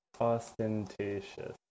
ostentatious